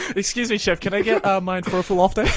excuse me, chef, can i get myne froffoul'oftee?